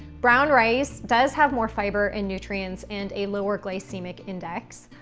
brown rice does have more fiber and nutrients and a lower glycemic index,